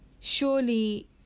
surely